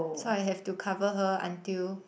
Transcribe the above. so I have to cover her until